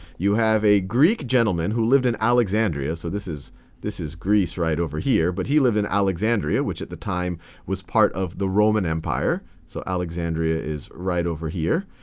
you have a greek gentleman who lived in alexandria. so this is this is greece right over here, but he lived in alexandria, which at the time was part of the roman empire. so alexandria is right over here,